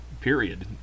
period